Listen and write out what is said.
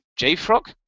JFrog